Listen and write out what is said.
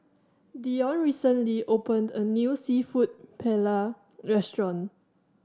Deon recently opened a new Seafood Paella Restaurant